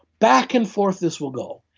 back and forth this will go.